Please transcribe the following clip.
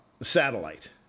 Satellite